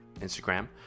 Instagram